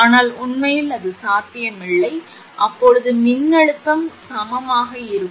ஆனால் உண்மையில் அது சாத்தியமில்லை அப்போது மின்னழுத்தம் சமமாக இருக்கும்